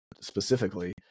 specifically